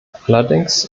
allerdings